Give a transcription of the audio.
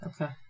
Okay